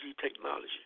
technology